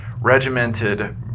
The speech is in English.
regimented